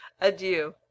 Adieu